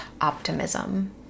optimism